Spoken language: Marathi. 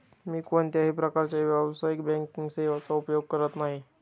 मी कोणत्याही प्रकारच्या व्यावसायिक बँकिंग सेवांचा उपयोग करत नाही